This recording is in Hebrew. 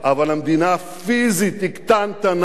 אבל המדינה פיזית היא קטנטנה,